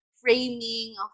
framing